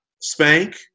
Spank